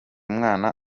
mwana